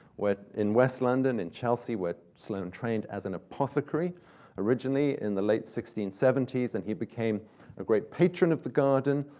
in west london and chelsea, where sloane trained as an apothecary originally, in the late sixteen seventy s, and he became a great patron of the garden.